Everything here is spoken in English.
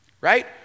Right